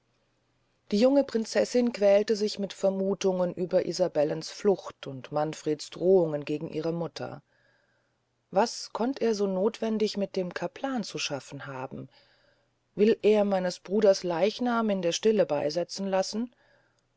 die junge prinzessin quälte sich mit vermuthungen über isabellens flucht und manfreds drohungen gegen ihre mutter was konnt er so nothwendig mit dem capellan zu schaffen haben will er meines bruders leichnam in der stille beysetzen lassen